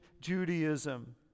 Judaism